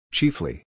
Chiefly